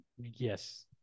yes